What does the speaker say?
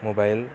mobile